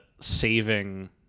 saving